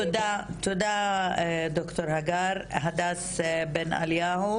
תודה דוקטור הגר, הדס בן אליהו